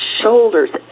shoulders